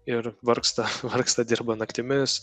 ir vargsta vargsta dirba naktimis